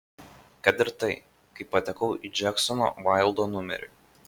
kad ir tai kaip patekau į džeksono vaildo numerį